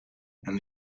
and